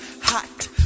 hot